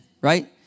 right